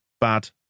bad